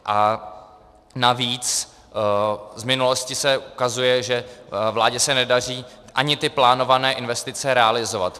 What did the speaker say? A navíc z minulosti se ukazuje, že vládě se nedaří ani ty plánované investice realizovat.